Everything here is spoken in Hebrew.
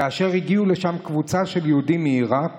כאשר הגיעה לשם קבוצה של יהודים מעיראק